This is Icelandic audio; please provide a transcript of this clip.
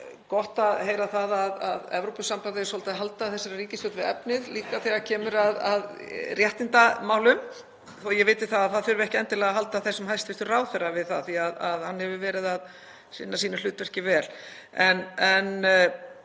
gott að heyra það að Evrópusambandið er svolítið að halda þessari ríkisstjórn við efnið líka þegar kemur að réttindamálum þó að ég viti að það þurfi ekki endilega að halda þessum hæstv. ráðherra við það því að hann hefur sinnt sínu hlutverki vel.